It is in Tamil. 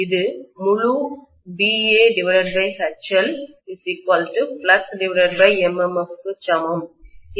இது முழு BAHLFluxMMF க்கு சமம்